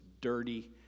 dirty